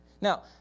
Now